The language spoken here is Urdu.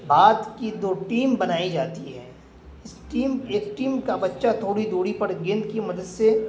بعد کی دو ٹیم بنائی جاتی ہے اس ٹیم ایک ٹیم کا بچہ تھوڑی دوری پر گیند کی مدد سے